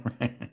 right